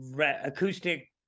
Acoustic